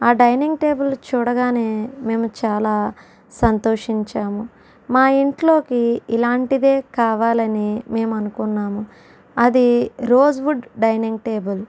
ఆ dining table చూడగానే మేము చాలా సంతోషించాము మా ఇంట్లోకి ఇలాంటిదే కావాలని మేము అనుకున్నాము అది రోజ్ వుడ్ డైనింగ్ టేబుల్